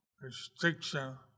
restriction